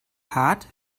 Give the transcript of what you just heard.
hart